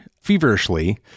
feverishly